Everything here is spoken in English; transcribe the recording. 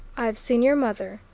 i've seen your mother,